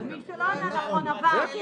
אבל מי שלא ענה נכון עבר.